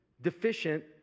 deficient